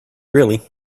really